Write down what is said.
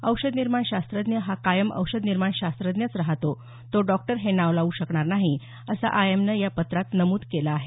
औषध निर्माण शास्त्रज्ञ हा कायम औषधनिर्माण शास्त्रज्ञच राहतो तो डॉक्टर हे नाव लावू शकणार नाही अस आयएमएनं या पत्रात नमूद केल आहे